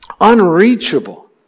unreachable